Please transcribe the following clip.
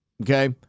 Okay